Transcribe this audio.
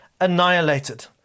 annihilated